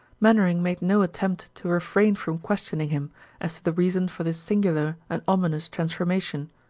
mainwaring made no attempt to refrain from questioning him as to the reason for this singular and ominous transformation.